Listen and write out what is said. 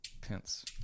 Pence